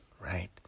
right